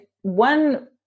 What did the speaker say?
one